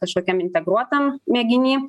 kažkokiam integruotam mėginy